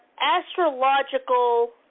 astrological